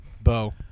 Bo